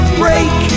break